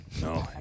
No